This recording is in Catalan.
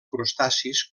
crustacis